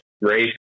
race